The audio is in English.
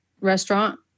restaurant